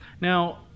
Now